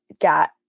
got